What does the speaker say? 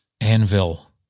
anvil